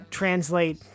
translate